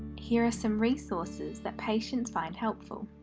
here are some resources that patients find helpful.